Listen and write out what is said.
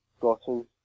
gotten